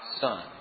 son